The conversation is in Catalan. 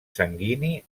sanguini